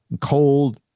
cold